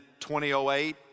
2008